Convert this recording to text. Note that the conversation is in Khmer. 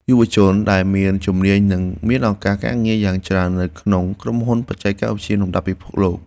យុវជនដែលចេះជំនាញនេះនឹងមានឱកាសការងារយ៉ាងច្រើននៅក្នុងក្រុមហ៊ុនបច្ចេកវិទ្យាលំដាប់ពិភពលោក។